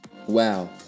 Wow